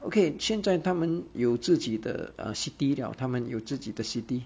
okay 现在他们有自己的 uh city 了他们有自己的 city